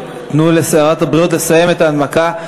תנו לשרת הבריאות לסיים את ההנמקה.